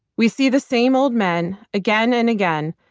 we see the same old men again and again,